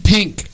Pink